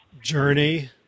journey